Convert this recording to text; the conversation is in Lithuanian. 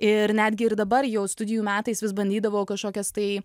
ir netgi ir dabar jau studijų metais vis bandydavau kažkokias tai